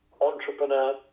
entrepreneur